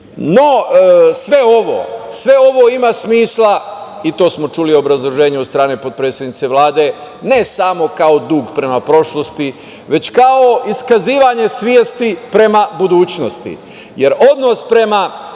afirmaciji.No, sve ovo ima smisla i to smo čuli u obrazloženju od strane potpredsednice Vlade, ne samo kao dug prema prošlosti, već kao iskazivanje svesti prema budućnosti, jer odnos prema